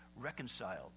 reconciled